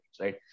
right